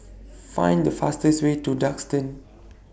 Find The fastest Way to Duxton